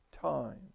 time